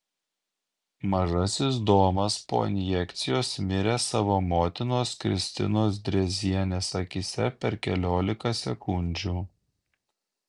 mažasis domas po injekcijos mirė savo motinos kristinos drėzienės akyse per keliolika sekundžių